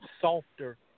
softer